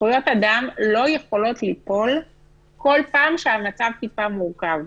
שזכויות אדם לא יכולות ליפול כל פעם שהמצב טיפה מורכב.